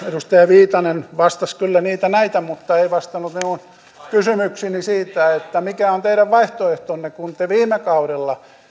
edustaja viitanen vastasi kyllä niitä näitä mutta ei vastannut minun kysymykseeni siitä mikä on teidän vaihtoehtonne te viime kaudella